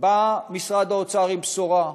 בא משרד האוצר עם בשורה,